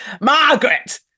Margaret